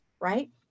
right